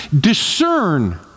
discern